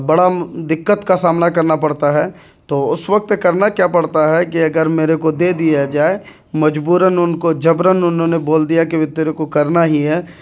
بڑا دکت کا سامنا کرنا پڑتا ہے تو اس وقت کرنا کیا پڑتا ہے کہ اگر میرے کو دے دیا جائے مجبوراً ان کو جبراً انہوں نے بول دیا کہ وہ تیرے کو کرنا ہی ہے